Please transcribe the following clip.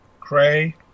Cray